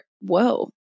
Whoa